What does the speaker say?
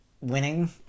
winning